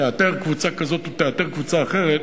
תאתר קבוצה כזאת או תאתר קבוצה אחרת,